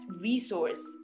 resource